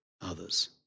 others